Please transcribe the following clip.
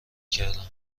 کردم